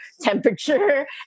temperature